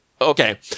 okay